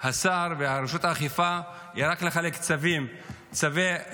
השר ורשות האכיפה זה רק לחלק צווים, צווי הריסה.